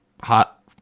hot